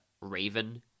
Raven